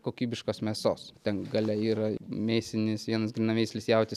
kokybiškos mėsos ten gale yra mėsinis vienas grynaveislis jautis